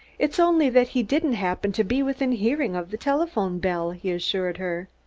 it's only that he didn't happen to be within hearing of the telephone bell, he assured her.